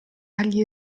agli